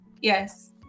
Yes